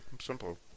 Simple